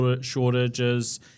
shortages